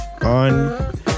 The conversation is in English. on